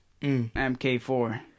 Mk4